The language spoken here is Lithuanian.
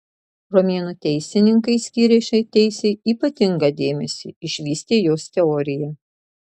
romėnų teisininkai skyrė šiai teisei ypatingą dėmesį išvystė jos teoriją